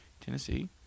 Tennessee